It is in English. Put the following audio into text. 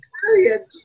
Brilliant